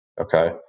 Okay